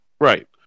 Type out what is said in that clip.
Right